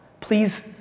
please